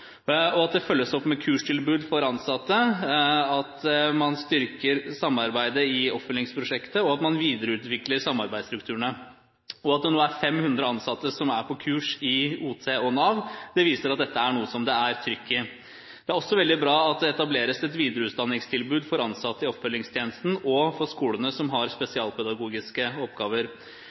Nav, at dette følges opp med kurstilbud for ansatte, at man styrker samarbeidet om oppfølgingsprosjektet, og at man videreutvikler samarbeidsstrukturene. At det nå er 500 ansatte som er på kurs i oppfølgingstjenesten og Nav, viser at dette er noe som det er trykk i. Det er også veldig bra at det etableres et videreutdanningstilbud for ansatte i oppfølgingstjenesten og for skolene som har spesialpedagogiske oppgaver.